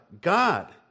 God